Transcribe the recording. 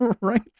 Right